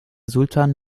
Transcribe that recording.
sultan